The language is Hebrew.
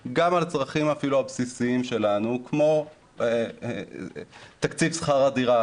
אפילו על הצרכים הבסיסיים שלנו כמו תקציב שכר הדירה,